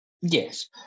Yes